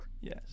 yes